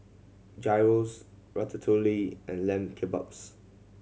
Gyros Ratatouille and Lamb Kebabs